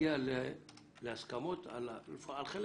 להגיע להסכמה על חלק